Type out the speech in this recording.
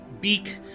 beak